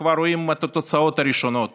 וכבר רואים את התוצאות הראשונות